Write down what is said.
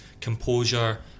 composure